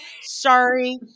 Sorry